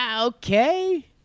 Okay